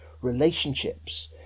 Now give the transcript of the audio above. relationships